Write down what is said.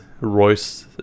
Royce